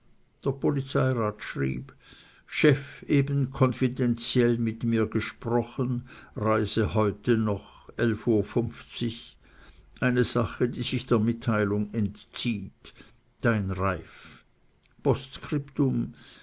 der polizeirat schrieb chef eben konfidentiell mit mir gesprochen reise heute noch elf uhr fünfzig eine sache die sich der mitteilung entzieht dein reiff